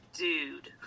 dude